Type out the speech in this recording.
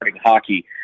Hockey